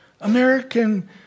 American